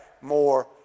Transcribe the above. more